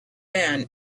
ban